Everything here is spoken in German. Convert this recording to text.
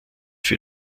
für